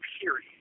period